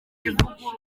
ivugururwa